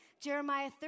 Jeremiah